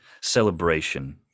Celebration